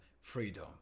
freedom